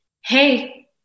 hey